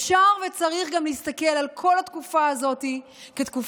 אפשר וצריך גם להסתכל על כל התקופה הזאת כתקופה